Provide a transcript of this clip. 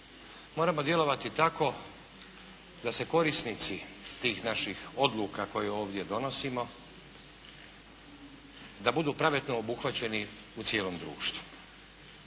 Moramo djelovati tako da se korisnici tih naših odluka, koje ovdje donosimo, da budu pravedno obuhvaćeni u cijelom društvu.